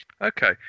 Okay